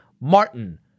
martin